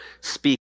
speak